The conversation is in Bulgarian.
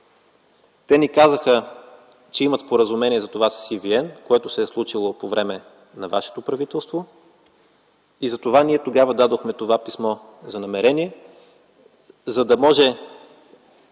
Те ни казаха, че имат споразумение за това с ЕVN, което се е случило по времето на вашето правителство. Затова ние тогава дадохме това писмо за намерение – за да може